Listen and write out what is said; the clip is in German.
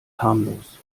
harmlos